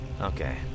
Okay